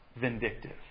vindictive